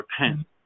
repent